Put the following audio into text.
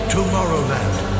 Tomorrowland